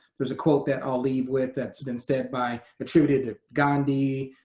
there's a quote that i'll leave with that's been said by, attributed to gandhi,